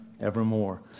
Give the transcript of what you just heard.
evermore